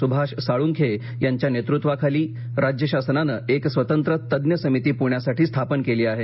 सुभाष साळूंखे यांच्या नेतृत्वाखाली राज्य शासनानं एक स्वतंत्र तज्ञ समिती पुण्यासाठी स्थापन केली आहे